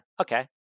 okay